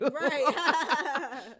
Right